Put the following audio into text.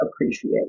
appreciate